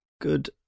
good